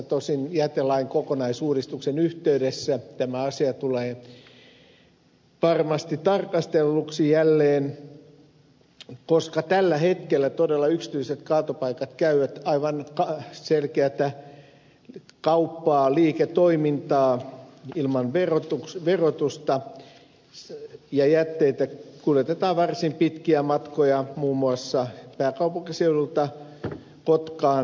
tosin jätelain kokonaisuudistuksen yhteydessä tämä asia tulee varmasti tarkastelluksi jälleen koska tällä hetkellä todella yksityiset kaatopaikat käyvät aivan selkeätä kauppaa liiketoimintaa ilman verotusta ja jätteitä kuljetetaan varsin pitkiä matkoja muun muassa pääkaupunkiseudulta kotkaan a